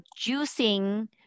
juicing